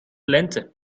lente